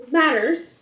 matters